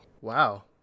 wow